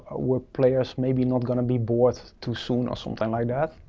were players maybe not gonna be bored too soon? or something like that.